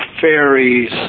fairies